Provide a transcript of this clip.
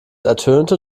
ertönte